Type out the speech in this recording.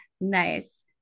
Nice